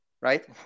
right